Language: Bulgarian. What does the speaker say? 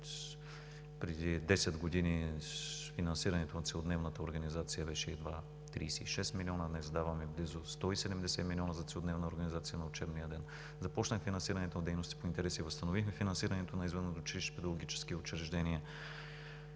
Преди 10 години финансирането на целодневната организация беше едва 36 милиона – днес даваме близо 170 милиона за целодневна организация на учебния ден. Започна финансирането на дейности по интереси, възстановихме финансирането на извънучилищни педагогически учреждения